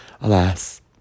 alas